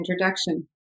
introduction